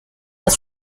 das